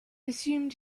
assumed